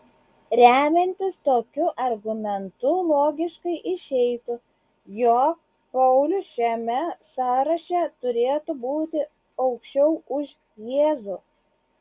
remiantis tokiu argumentu logiškai išeitų jog paulius šiame sąraše turėtų būti aukščiau už jėzų